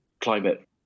climate